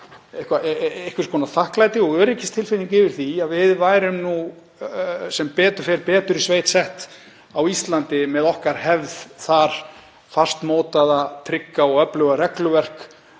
einhvers konar þakklæti og öryggistilfinning yfir því að við værum nú sem betur fer betur í sveit sett á Íslandi með okkar hefð þar, okkar fastmótaða, trygga og öfluga regluverk,